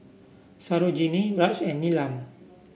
Sarojini Raj and Neelam